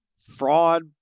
fraud